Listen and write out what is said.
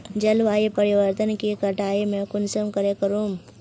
जलवायु परिवर्तन के कटाई में कुंसम करे करूम?